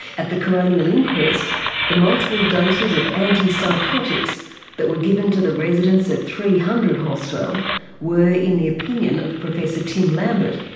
at the coronial inquest the multiple doses of antipsychotics that were given to the residents at three hundred hostel were, in the opinion of professor tim lambert,